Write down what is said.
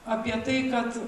apie tai kad